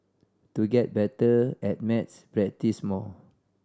to get better at maths practise more